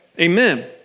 Amen